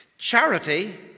Charity